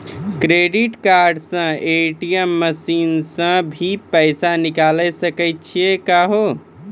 Credit card से ATM machine से भी पैसा निकल सकै छि का हो?